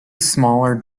smaller